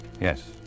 Yes